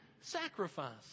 sacrifice